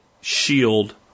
shield